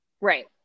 Right